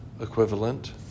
equivalent